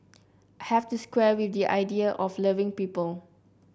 have to square with the idea of loving people